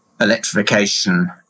Electrification